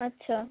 আচ্ছা